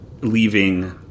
leaving